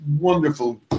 wonderful